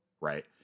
right